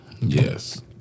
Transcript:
Yes